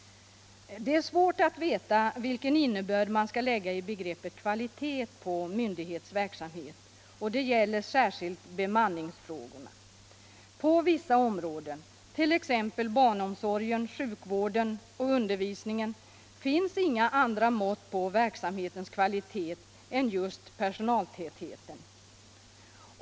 Det är svårt att veta vilken innebörd man skall lägga i begreppet kvalitet på myndighets verksamhet, och det gäller särskilt bemanningsfrågorna. På vissa områden — 1. ex. barnomsorgen, sjukvården och undervisningen = finns inga andra mått på verksamhetens kvalitet än just personaltätheten.